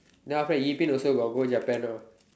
then after that Yi-Bin also got go Japan ah